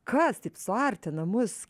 kas taip suartina mus